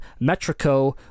Metrico